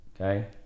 okay